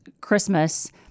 Christmas